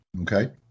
Okay